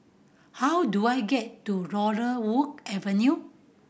how do I get to Laurel Wood Avenue